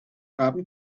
haben